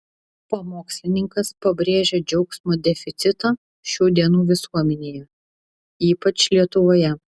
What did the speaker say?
pamokslininkas pabrėžė džiaugsmo deficitą šių dienų visuomenėje ypač lietuvoje